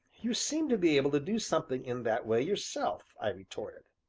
you seem to be able to do something in that way yourself, i retorted.